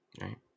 right